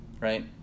right